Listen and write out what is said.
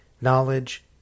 knowledge